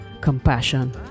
compassion